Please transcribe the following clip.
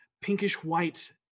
pinkish-white